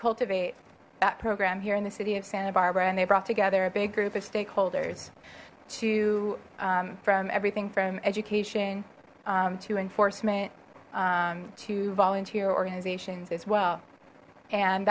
cultivate that program here in the city of santa barbara and they brought together a big group of stakeholders from everything from education to enforcement to volunteer organizations as well and